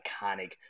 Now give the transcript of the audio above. iconic